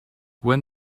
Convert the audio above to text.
when